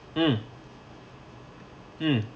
mm mm